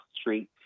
street